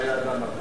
היה גם הגון,